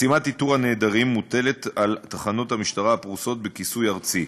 משימת איתור הנעדרים מוטלת על תחנות המשטרה הפרוסות בכיסוי ארצי.